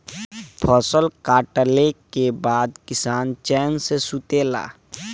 फसल कटले के बाद किसान चैन से सुतेला